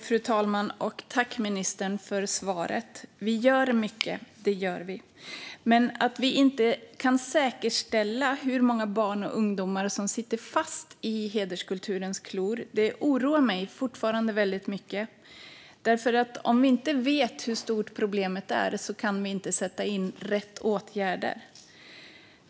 Fru talman! Tack, ministern, för svaret! Det är riktigt att vi gör mycket, men att vi inte kan säkerställa hur många barn och ungdomar som sitter fast i hederskulturens klor oroar mig fortfarande mycket. Om vi inte vet hur stort problemet är kan vi inte sätta in rätt åtgärder.